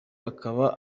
akaba